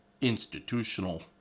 institutional